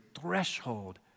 threshold